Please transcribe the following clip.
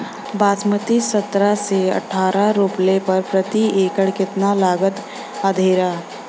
बासमती सत्रह से अठारह रोपले पर प्रति एकड़ कितना लागत अंधेरा?